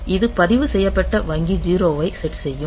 இது பதிவுசெய்யப்பட்ட வங்கி 0 ஐ செட் செய்யும்